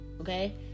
Okay